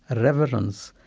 and reverence.